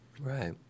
Right